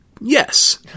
Yes